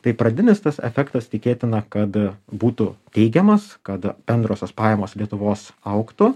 tai pradinis tas efektas tikėtina kad būtų teigiamas kad bendrosios pajamos lietuvos augtų